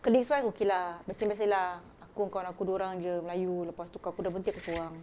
colleagues wise okay lah masing-masing lah aku kawan aku dua orang jer melayu lepas tu kawan aku sudah berhenti aku seorang